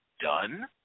done